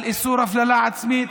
על איסור הפללה עצמית.